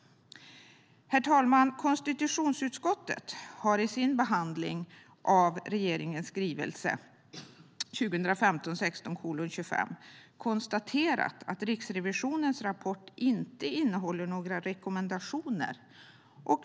Herr talman! Konstitutionsutskottet har i sin behandling av regeringens skrivelse 2015/16:25 konstaterat att Riksrevisionens rapport inte innehåller några rekommendationer.